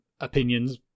Opinions